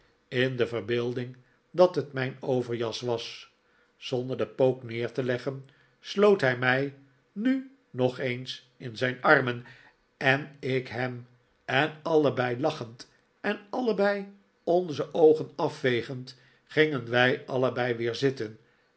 in de verbeelding dat het mijn overjas was zonder den pook neer te leggen sloot hij mij nu nog eens in zijn armen en ik hem en allebei lachend en allebei onze oogen afvegend gingen wij allebei weer zitten